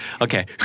Okay